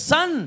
Son